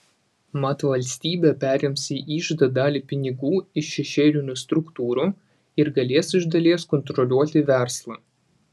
mat valstybė perims į iždą dalį pinigų iš šešėlinių struktūrų ir galės iš dalies kontroliuoti verslą